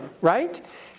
right